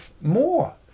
more